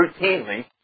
routinely